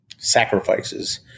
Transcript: sacrifices